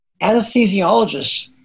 anesthesiologists